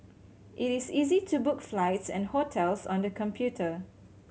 it is easy to book flights and hotels on the computer